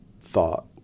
thought